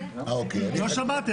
אני לא שמעתי.